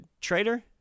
Traitor